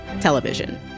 television